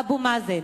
אבו מאזן,